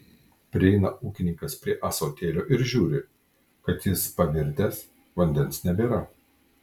prieina ūkininkas prie ąsotėlio ir žiūri kad jis pavirtęs vandens nebėra